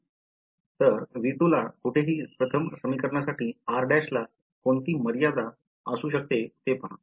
तर v2 ला कुठेही प्रथम समीकरणासाठी r' ला कोणती मर्यादा असू शकते ते पहा